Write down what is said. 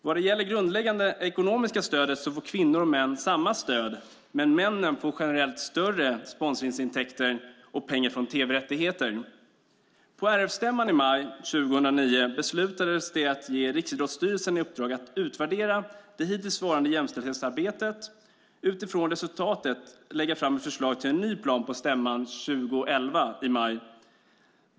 Vad gäller det grundläggande ekonomiska stödet får kvinnor och män samma stöd, men männen får generellt större sponsorintäkter och pengar från tv-rättigheter. På RF-stämman i maj 2009 beslutades att ge Riksidrottsstyrelsen i uppdrag att utvärdera det hittillsvarande jämställdhetsarbetet och utifrån resultatet lägga fram ett förslag till ny plan på stämman i maj 2011.